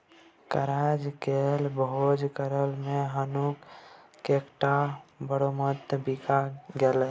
करजा लकए भोज करय मे हुनक कैकटा ब्रहमोत्तर बिका गेलै